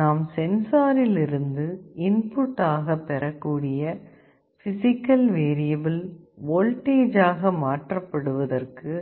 நாம் சென்சாரில் இருந்து இன்புட் ஆக பெறக்கூடிய பிசிகல் வேரியபில் வோல்டேஜ் ஆக மாற்றப்படுவதற்கு